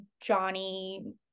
Johnny